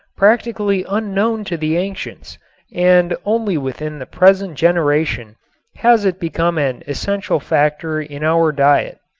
practically unknown to the ancients and only within the present generation has it become an essential factor in our diet.